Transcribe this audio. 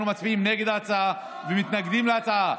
נגד ההצעה ומתנגדים להצעה.